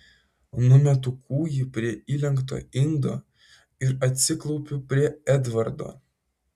numetu kūjį prie įlenkto indo ir atsiklaupiu prie edvardo